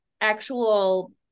actual